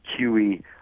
QE